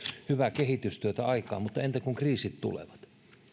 hyvää kehitystyötä aikaan mutta entä kun kriisit tulevat